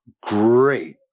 great